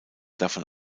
davon